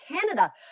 Canada